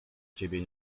ciebie